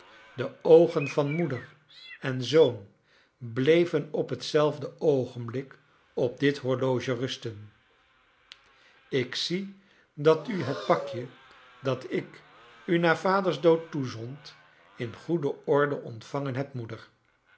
de oggen van moeder en zoon bleven op hetzelfde oogenblik op dit horloge rusten ik zie dat u het pakje dat ik u na vaders dood toezond in goede orde ontvangen hebt moeder